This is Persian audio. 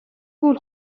گول